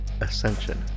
Ascension